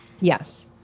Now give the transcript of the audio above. Yes